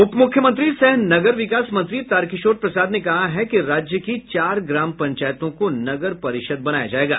उपमुख्यमंत्री सह नगर विकास मंत्री तारकिशोर प्रसाद ने कहा है कि राज्य की चार ग्राम पंचायतों को नगर परिषद बनाया जायेगा